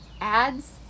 ads